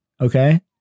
Okay